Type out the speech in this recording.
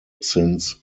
since